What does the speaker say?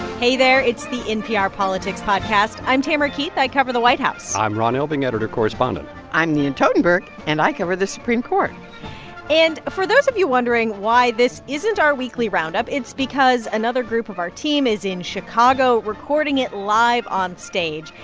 hey there, it's the npr politics podcast. i'm tamara keith. i cover the white house i'm ron elving, editor correspondent i'm nina totenberg, and i cover the supreme court and for those of you wondering why this isn't our weekly roundup, it's because another group of our team is in chicago recording it live on stage,